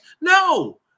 No